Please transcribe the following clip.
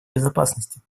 безопасности